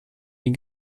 den